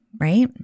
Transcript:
right